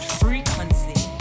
frequency